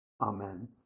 Amen